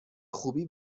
خوبی